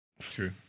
True